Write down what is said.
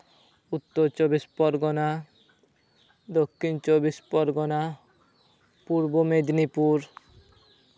Uttar Chabbis Pargana Dakshin Chabbis Pargana Purba Medinipur